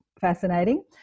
fascinating